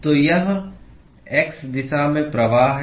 तो यह x दिशा में प्रवाह है